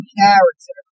character